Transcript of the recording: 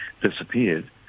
disappeared